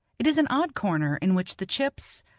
it is an odd corner in which the chips,